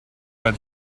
but